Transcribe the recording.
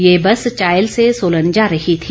ये बस चायल से सोलन जा रही थी